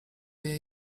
wie